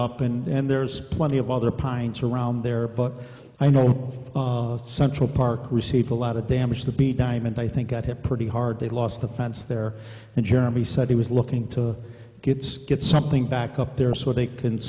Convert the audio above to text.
up and there's plenty of other pines around there but i know of central park received a lot of damage to be diamond i think got hit pretty hard they lost the fence there and jeremy said he was looking to gets get something back up there so they can